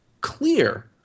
clear